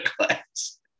class